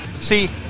See